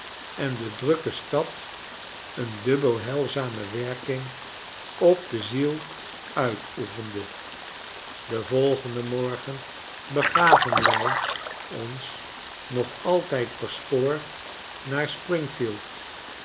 en de drukke stad eendubbel heilzame werking op de ziel uitoefende den volgenden morgen begaven wij ons nog altyd per spoor naar springfield